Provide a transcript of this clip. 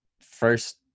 First